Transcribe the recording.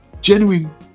genuine